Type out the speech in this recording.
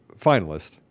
finalist